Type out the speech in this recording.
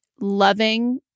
loving